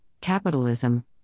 Capitalism